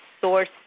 source